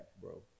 bro